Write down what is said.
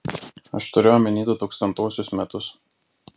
aš turiu omeny du tūkstantuosius metus